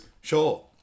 sure